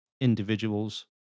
individuals